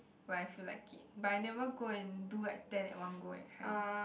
when I feel like it but I never go and do like ten at one go that kind